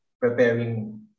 preparing